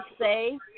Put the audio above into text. say